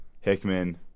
Hickman